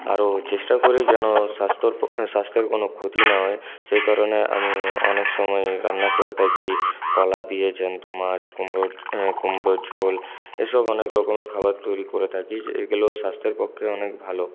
আরও চেষ্টা করি যেন স্বাস্থ্যর স্বাস্থ্যের কোনো ক্ষতি না হয় সেই কারণে আমি অনেক সময় রান্না করে থাকি কলা দিয়ে জ্যান্ত মাছ কুমড়োর কুমড়োর ঝোল এসব অনেক রকমের খাবার তৈরি করে থাকি এইগুলো স্বাস্থ্যের পক্ষে অনেক ভালো